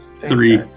Three